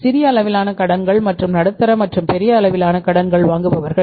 சிறிய அளவிலான கடன்கள் மற்றும் நடுத்தர மற்றும் பெரிய அளவிலான கடன் வாங்குபவர்கள்